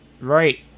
Right